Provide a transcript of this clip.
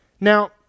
Now